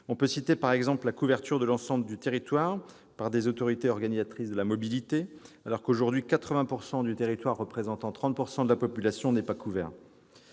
On peut citer par exemple la couverture de l'ensemble du territoire par des autorités organisatrices de la mobilité, alors qu'aujourd'hui 80 % du territoire représentant 30 % de la population n'est pas couvert.